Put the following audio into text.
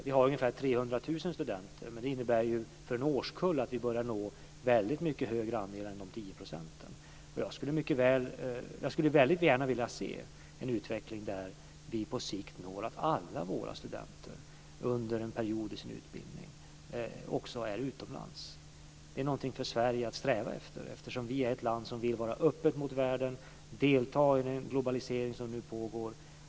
Vi har ju ungefär 300 000 studenter, men för en årskull innebär detta att vi börjar nå en väldigt mycket större andel än de tio procenten. Jag skulle väldigt gärna vilja se en utveckling där vi på sikt når dit där alla våra studenter under en period i sin utbildning också är utomlands. Det är någonting för Sverige att sträva efter eftersom Sverige är ett land som vill vara öppet mot världen och delta i den globalisering som nu pågår.